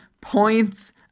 points